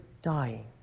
dying